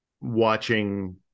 watching